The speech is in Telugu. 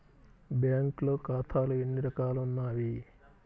బ్యాంక్లో ఖాతాలు ఎన్ని రకాలు ఉన్నావి?